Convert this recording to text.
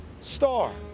Star